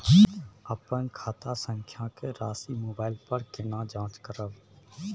अपन खाता संख्या के राशि मोबाइल पर केना जाँच करब?